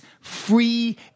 free